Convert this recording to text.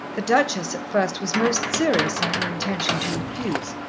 the duchess at first was most serious in her intention to refuse.